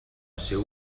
seu